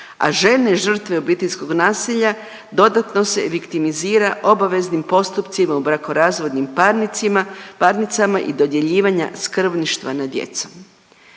a žene žrtve obiteljskog nasilja dodatno se viktimizira obaveznim postupcima u brakorazvodnim parnicama i dodjeljivanja skrbništva nad djecom.